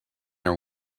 are